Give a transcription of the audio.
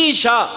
Isha